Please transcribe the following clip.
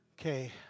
Okay